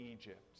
Egypt